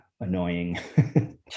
Annoying